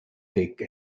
take